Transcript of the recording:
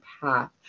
path